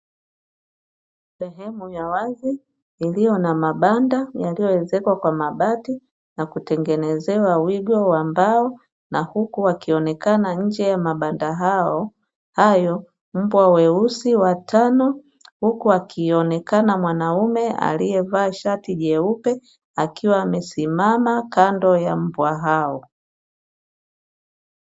Sehemu ya wazi iliyo na mabanda yaliyo ezekwa kwa mabati na kutengenezewa wigo wa mbao, na huku wakionekana nje ya mabanda hayo mbwa weusi watano, huku akionekana mwanaume aliyevaa shati jeupe akiwa amesimama kando ya mbwa hao.